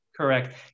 Correct